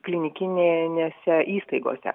klinikinė nėse įstaigose